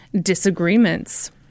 disagreements